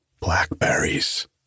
blackberries